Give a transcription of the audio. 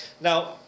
now